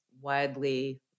widely